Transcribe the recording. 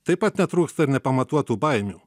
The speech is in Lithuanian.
taip pat netrūksta ir nepamatuotų baimių